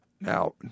Now